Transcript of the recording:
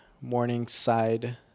Morningside